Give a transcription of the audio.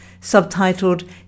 subtitled